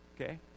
Okay